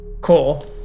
Cool